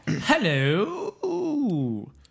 hello